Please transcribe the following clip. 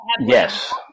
Yes